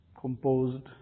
composed